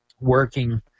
working